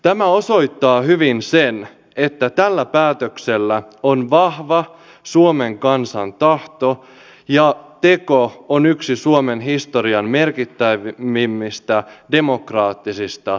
tämä osoittaa hyvin sen että tällä päätöksellä on vahva suomen kansan tahto ja teko on yksi suomen historian merkittävimmistä demokraattisista voimannäytteistä